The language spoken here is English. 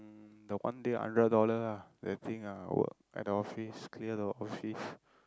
the one day hundred dollar ah the thing ah I work at the office clear the office